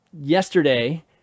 Yesterday